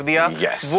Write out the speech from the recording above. Yes